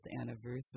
anniversary